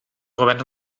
governs